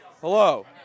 hello